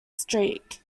streak